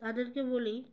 তাদেরকে বলি